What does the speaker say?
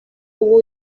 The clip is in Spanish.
hubo